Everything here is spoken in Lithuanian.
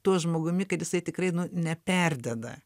tuo žmogumi kad jisai tikrai nu neperdeda